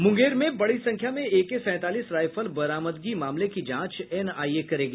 मूंगेर में बड़ी संख्या में एके सैंतालीस रायफल बरामदगी मामले की जांच एनआईए करेगी